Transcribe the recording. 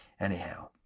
Anyhow